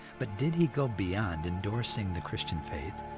but did he go beyond endorsing the christian faith,